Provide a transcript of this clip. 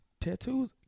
Tattoos